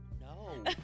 No